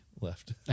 left